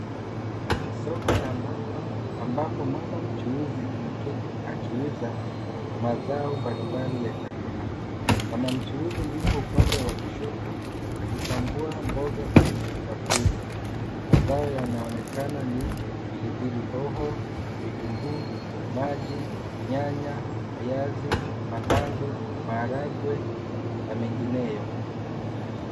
Soko la mboga ambapo mama mchuuzi ameketi akiuza mazao mbali mbali ya chakula. Mama mchuuzi yupo upande wa kushoto akichambua mboga kwenye bakuli. Mazao yanaonekana ni: pilipili hoho, vitunguu maji, nyanya, viazi, matango, maharagwe na mengineyo.